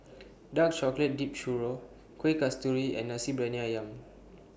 Dark Chocolate Dipped Churro Kuih Kasturi and Nasi Briyani Ayam